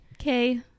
Okay